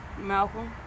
Malcolm